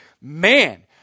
man